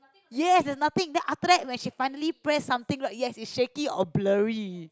yes is nothing then after that when she finally press something lor yes is shaking or blurry